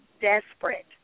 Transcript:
desperate